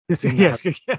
Yes